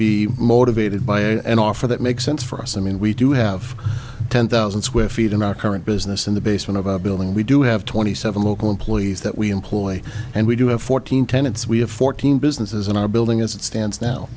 be motivated by an offer that makes sense for us i mean we do have ten thousand square feet in our current business in the basement of a building we do have twenty seven local employees that we employ and we do have fourteen tenants we have fourteen businesses in our building as it stands now